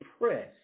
press